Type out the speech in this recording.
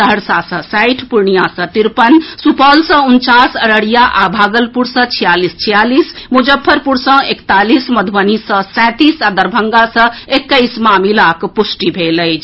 सहरसा सँ साठि पूर्णियां सँ तिरपन सुपौल सँ उनचास अररिया आ भागलपुर सँ छियालीस छियालीस मुजफ्फरपुर सँ एकतालीस मधुबनी सँ सैंतीस आ दरभंगा सँ एक्कैस मामिलाक पुष्टि भेल अछि